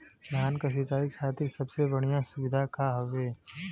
धान क सिंचाई खातिर सबसे बढ़ियां सुविधा का हवे?